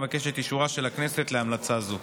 אבקש את אישורה של הכנסת להמלצה זו.